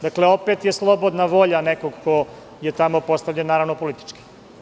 Dakle, opet je slobodna volja nekog ko je tamo postavljen, naravno politički.